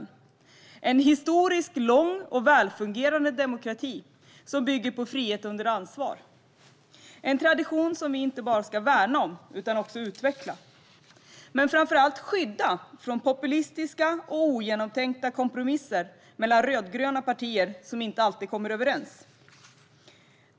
Det är en historiskt lång och välfungerande demokrati som bygger på frihet under ansvar. Det är en tradition som vi inte bara ska värna utan också utveckla. Men framför allt ska vi skydda den från populistiska och ogenomtänkta kompromisser mellan rödgröna partier som inte alltid kommer överens.